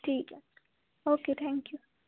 ਠੀਕ ਹੈ okay thank you